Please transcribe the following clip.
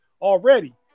already